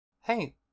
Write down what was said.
Hey